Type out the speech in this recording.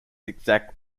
exact